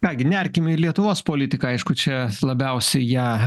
ką gi nerkim į lietuvos politiką aišku čia labiausiai ją